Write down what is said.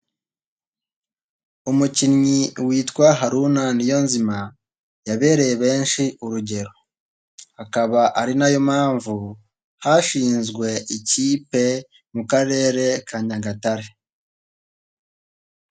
Umukinnyi witwa Haruna Niyonzima yabereye benshi urugero, akaba ari nayo mpamvu hashinzwe ikipe mu Karere ka kyagatare.